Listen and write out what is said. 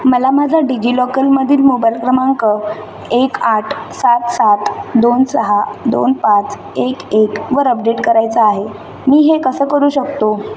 मला माझा डिजिलॉकरमधील मोबाईल क्रमांक एक आठ सात सात दोन सहा दोन पाच एक एकवर अपडेट करायचा आहे मी हे कसं करू शकतो